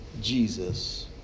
Jesus